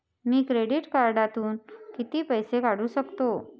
मी credit कार्डातून किती पैसे काढू शकतो?